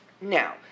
Now